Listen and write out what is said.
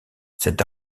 cette